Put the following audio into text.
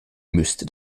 müsste